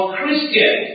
Christian